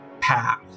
path